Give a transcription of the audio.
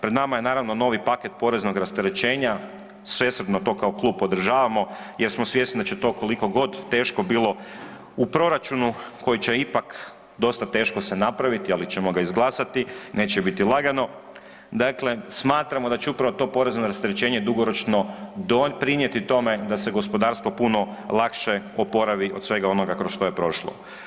Pred nama je naravno novi paket poreznog rasterećenja, svesrdno to kao klub podržavamo jer smo svjesni da će to koliko god teško bilo u proračunu koji će ipak dosta teško se napraviti, ali ćemo ga izglasati, neće biti lagano, dakle smatramo da će upravo to porezno rasterećenje dugoročno doprinijeti tome da se gospodarstvo puno lakše oporavi od svega onoga kroz što je prošlo.